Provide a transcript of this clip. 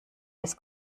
des